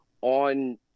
on